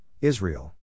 Israel